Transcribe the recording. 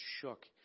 shook